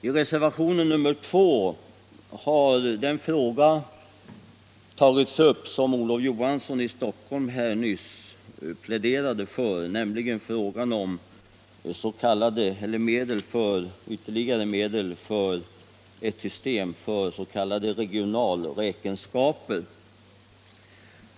I reservationen 2 har den fråga tagits upp som Olof Johansson i Stockholm här nyss pläderade för, nämligen frågan om ytterligare medel för ett system för s.k. regionalräkenskaper.